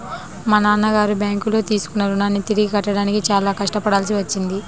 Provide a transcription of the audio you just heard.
మా నాన్నగారు బ్యేంకులో తీసుకున్న రుణాన్ని తిరిగి కట్టడానికి చాలా కష్టపడాల్సి వచ్చింది